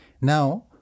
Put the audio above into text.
Now